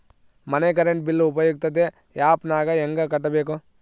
ಮನೆ current bill ಉಪಯುಕ್ತತೆ app ನಾಗ ಹೆಂಗ ಕಟ್ಟಬೇಕು?